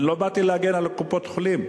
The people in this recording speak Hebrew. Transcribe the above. אני לא באתי להגן על קופות החולים,